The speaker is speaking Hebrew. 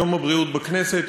יום הבריאות בכנסת,